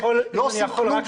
בישראל, לא עושים כלום.